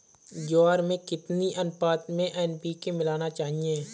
ज्वार में कितनी अनुपात में एन.पी.के मिलाना चाहिए?